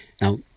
Now